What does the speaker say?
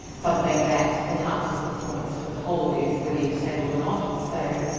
something that enhances the performance for the whole audience, whether you're disabled or not. so,